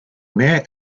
mayor